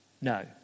No